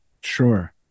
sure